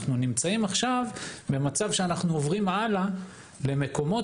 אנחנו נמצאים עכשיו במצב שאנחנו עוברים הלאה למקומות